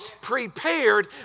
Prepared